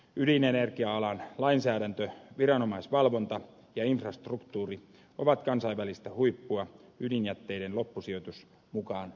ydinenergia alan lainsäädäntö viranomaisvalvonta ja infrastruktuuri ovat kansainvälistä huippua ydinjätteiden loppusijoitus mukaan lukien